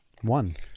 one